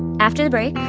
and after the break,